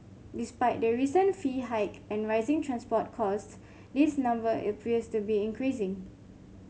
despite the recent fee hike and rising transport cost this number appears to be increasing